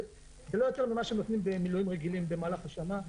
זה לא יותר ממה שנותנים במילואים רגילים במהלך השנה.